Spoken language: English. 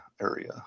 area